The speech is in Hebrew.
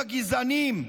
הגזענים,